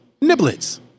niblets